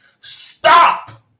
stop